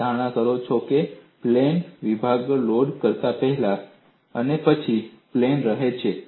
તમે ધારણા કરો છો કે પ્લેન વિભાગો લોડ કરતા પહેલા અને પછી પ્લેન રહે છે